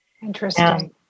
Interesting